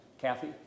Kathy